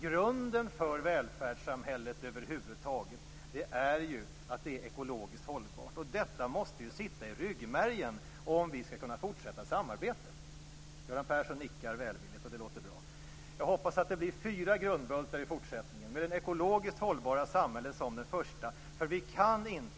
Grunden för välfärdssamhället över huvud taget är ju att det är ekologiskt hållbart. Detta måste sitta i ryggmärgen om vi skall kunna fortsätta samarbetet. Göran Persson nickar välvilligt. Det verkar bra. Jag hoppas att det blir fyra grundbultar i fortsättningen, med det ekologiskt hållbara samhället som den första.